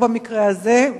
לא במקרה הזה.